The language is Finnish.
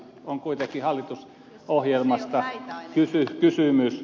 on kuitenkin hallitusohjelmasta kysymys